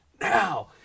now